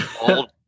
old